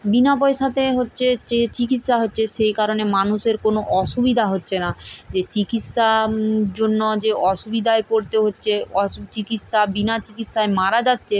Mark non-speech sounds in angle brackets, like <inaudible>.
বিনা পয়সাতে হচ্ছে যে চিকিৎসা হচ্ছে সেই কারণে মানুষের কোনো অসুবিধা হচ্ছে না যে চিকিৎসা জন্য যে অসুবিধায় পড়তে হচ্ছে <unintelligible> চিকিৎসা বিনা চিকিৎসায় মারা যাচ্ছে